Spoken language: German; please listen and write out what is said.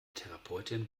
therapeutin